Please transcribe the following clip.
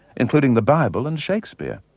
including the bible and shakespeare.